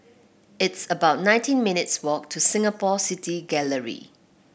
it's about nineteen minutes' walk to Singapore City Gallery